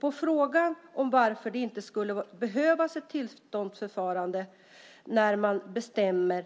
På frågan om varför det inte skulle behövas ett tillståndsförfarande när man bestämmer